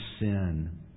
sin